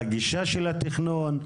לגישה של התכנון.